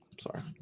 sorry